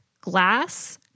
glass